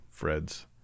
Freds